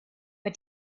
but